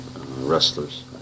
wrestlers